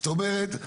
זאת אומרת,